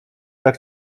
tak